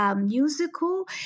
musical